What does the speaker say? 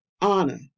honor